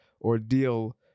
ordeal